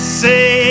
say